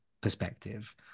perspective